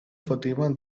fatima